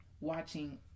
Watching